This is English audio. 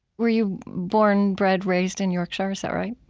were you born, bred, raised in yorkshire? is that right?